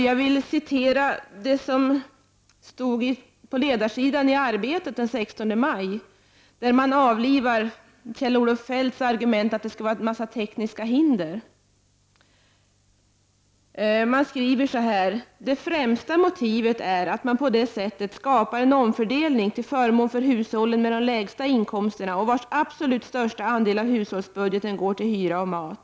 Jag vill anföra ett citat från ledarsidan i tidningen Arbetet från den 16 maj, där man avlivar Kjell-Olof Feldts argument att det skulle finnas tekniska hinder: ”Och det främsta motivet är att man på det sättet skapar en omfördelning till förmån för hushållen med de lägsta inkomsterna och vars absolut största andel av hushållsbudgeten går till hyra och mat.